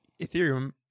Ethereum